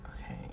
Okay